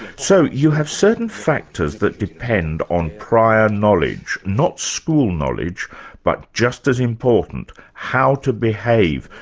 so you have certain factors that depend on prior knowledge, not school knowledge but just as important, how to behave,